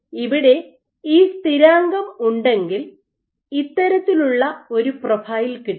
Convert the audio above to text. ഇവിടെ ഈ സ്ഥിരാങ്കം ഉണ്ടെങ്കിൽ ഇത്തരത്തിലുള്ള ഒരു പ്രൊഫൈൽ കിട്ടും